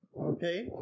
okay